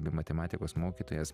bei matematikos mokytojas